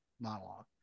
monologue